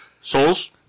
Souls